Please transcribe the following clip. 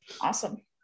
Awesome